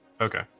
okay